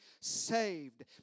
saved